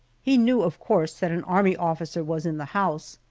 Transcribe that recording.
he knew, of course, that an army officer was in the house,